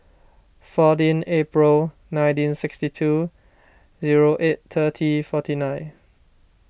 fourteen April nineteen sixty two zero eight thirty forty nine